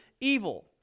evil